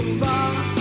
far